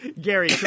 Gary